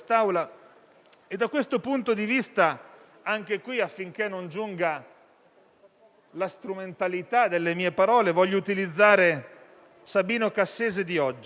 Da questo punto di vista, anche qui, affinché non giunga una strumentalità delle mie parole, voglio utilizzare quelle di Sabino Cassese di oggi.